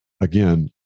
Again